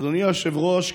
אדוני היושב-ראש,